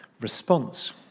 response